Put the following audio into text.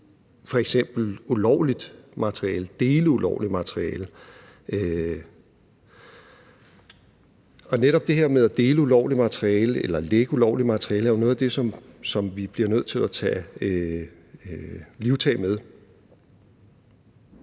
f.eks. ulovligt materiale, dele ulovligt materiale, og netop det her med at dele ulovligt materiale eller lække ulovligt materiale er jo noget af det, som vi bliver nødt til at tage livtag med.